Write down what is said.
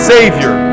Savior